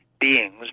beings